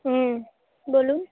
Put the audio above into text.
হুঁ বলুন